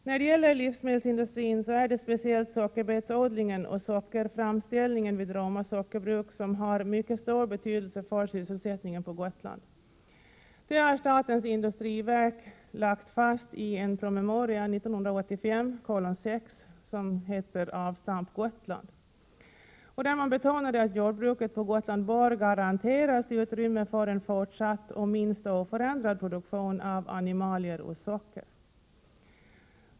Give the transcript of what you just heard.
När det gäller livsmedelsindustrin så är det speciellt sockerbetsodlingen och sockerframställningen vid Roma sockerbruk som har mycket stor betydelse för sysselsättningen på Gotland. Detta har statens industriverk slagit fast i en promemoria 1985:6, som heter Avstamp Gotland, där man betonade att jordbruket på Gotland bör garariteras utrymme för en fortsatt och minst oförändrad produktion av animalier och socker.